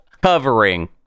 covering